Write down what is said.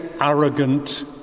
arrogant